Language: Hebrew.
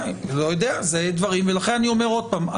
לכן אני אומר עוד פעם,